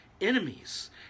enemies